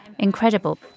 Incredible